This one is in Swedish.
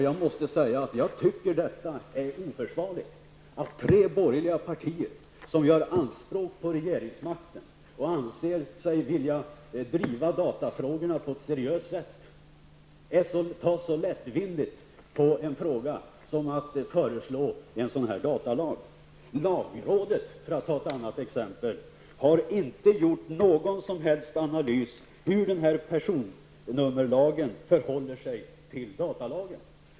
Jag måste säga att jag tycker att det är oförsvarligt att tre borgerliga partier, som gör anspråk på regeringsmakten och anser sig vilja driva datafrågorna på ett seriöst sätt, tar så lättvindigt på en fråga som att föreslå en sådan datalag. Lagrådet, för att ta ett annat exempel, har inte gjort någon som helst analys av hur denna personnummerlag förhåller sig till datalagen.